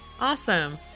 Awesome